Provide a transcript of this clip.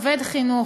עובד חינוך,